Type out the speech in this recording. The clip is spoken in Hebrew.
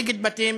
נגד בתים